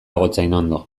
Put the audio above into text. gotzainondo